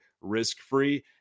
risk-free